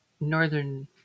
northern